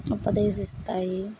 ఉపదేశిస్తాయి